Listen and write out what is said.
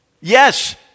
Yes